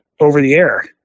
over-the-air